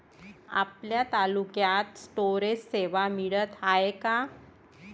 आपल्या तालुक्यात स्टोरेज सेवा मिळत हाये का?